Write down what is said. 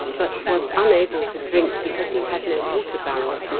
but was unable to drink because he had no water-barrel.